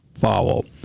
follow